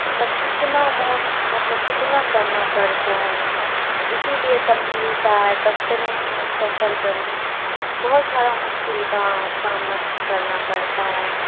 مطلب کتنا موک مطلب کتنا کرنا پڑتا ہے اسی لیے تب ملتا ہے تب ٹرین میں سفر کرنے بہت سارا مشکل کا سامنا کرنا پڑتا ہے